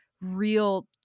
real